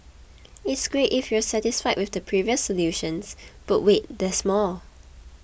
it's great if you're satisfied with the previous solutions but wait there's more